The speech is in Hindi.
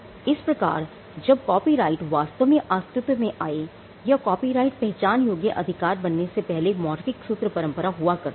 इस प्रकार जब कॉपीराइट वास्तव में अस्तित्व में आए या कॉपीराइट पहचान योग्य अधिकार बनने से पहले मौखिक सूत्र परंपरा हुआ करती थी